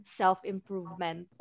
self-improvement